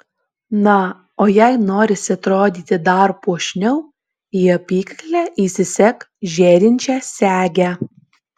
na o jei norisi atrodyti dar puošniau į apykaklę įsisek žėrinčią segę